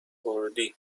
کردی